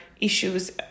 issues